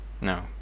No